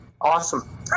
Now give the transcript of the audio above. awesome